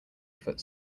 foot